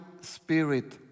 spirit